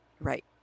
right